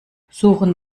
suchen